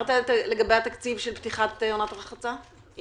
ביררת לגבי התקציב של פתיחת עונת הרחצה.